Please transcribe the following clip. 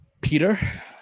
Peter